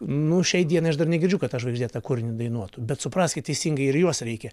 nu šiai dienai aš dar negirdžiu kad ta žvaigždė tą kūrinį dainuotų bet supraskit teisingai ir juos reikia